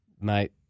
mate